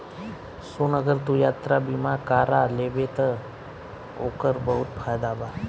सुन अगर तू यात्रा बीमा कारा लेबे त ओकर बहुत फायदा बा